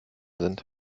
sind